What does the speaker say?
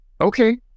okay